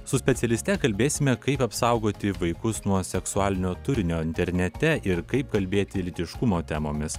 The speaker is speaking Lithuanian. su specialiste kalbėsime kaip apsaugoti vaikus nuo seksualinio turinio internete ir kaip kalbėti lytiškumo temomis